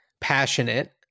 passionate